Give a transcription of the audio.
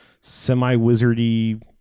semi-wizardy